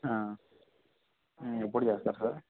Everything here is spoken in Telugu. ఎప్పుడు చేస్తారు సార్